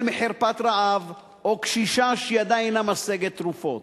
מחרפת רעב או קשישה שידה אינה משגת תרופות.